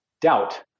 doubt